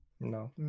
No